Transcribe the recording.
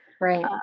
Right